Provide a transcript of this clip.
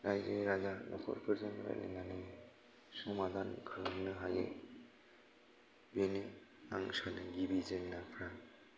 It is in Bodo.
रायजो राजा नख'रफोरजों रायलायनानै समादान खालामनो हायो बेनो आं सानो गिबि जेंनाफ्रा